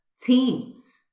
teams